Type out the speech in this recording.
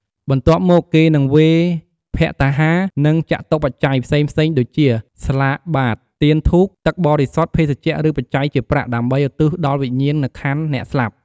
បន្ទាប់មក គេនឹង វេរភត្តាហារ និងចតុប្បច្ច័យ ផ្សេងៗដូចជា ស្លាកបាត្រ ទៀន ធូប ទឹកបរិសុទ្ធ ភេសជ្ជៈ ឬ បច្ច័យជាប្រាក់ ដើម្បីឧទ្ទិសដល់វិញ្ញាណក្ខន្ធអ្នកស្លាប់។